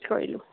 কৰিলোঁ